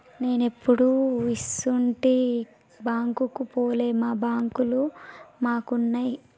నేనెప్పుడూ ఇసుంటి బాంకుకు పోలే, మా బాంకులు మాకున్నయ్